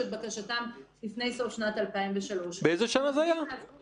את בקשתם לפני סוף שנת 2003. במקביל לזה,